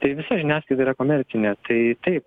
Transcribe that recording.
tai visa žiniasklaida yra komercinė tai taip